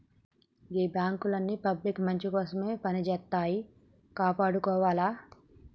గీ బాంకులన్నీ పబ్లిక్ మంచికోసమే పనిజేత్తన్నయ్, కాపాడుకోవాల